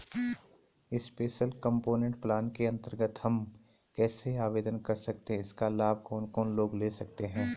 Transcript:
Special component plan के अन्तर्गत हम कैसे आवेदन कर सकते हैं इसका लाभ कौन कौन लोग ले सकते हैं?